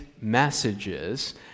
messages